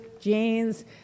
jeans